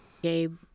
Gabe